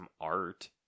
art